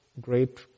great